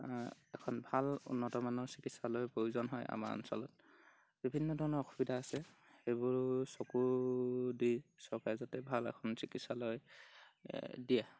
এখন ভাল উন্নতমানৰ চিকিৎসালয়ৰ প্ৰয়োজন হয় আমাৰ অঞ্চলত বিভিন্নধৰণৰ অসুবিধা আছে সেইবোৰ চকু দি চৰকাৰে যাতে ভাল এখন চিকিৎসালয় দিয়ে